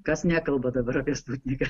kas nekalba dabar apie sputniką